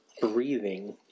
breathing